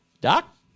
Doc